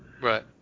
Right